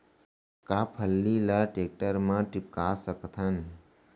का फल्ली ल टेकटर म टिपका सकथन?